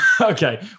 Okay